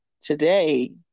today